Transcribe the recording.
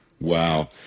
Wow